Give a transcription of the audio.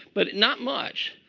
but not much.